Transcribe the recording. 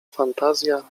fantazja